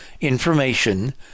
information